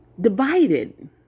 divided